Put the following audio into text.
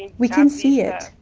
and we can see it.